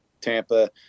tampa